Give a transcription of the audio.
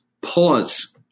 Pause